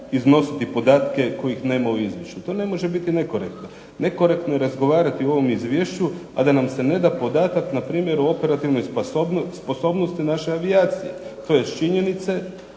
iznositi podatke kojih nema u izvješću. To ne može biti nekorektno. Nekorektno je razgovarati o ovom izvješću, a da nam se neda podatak npr. o operativnoj sposobnosti naše avijacije, tj. činjenice